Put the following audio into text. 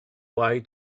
way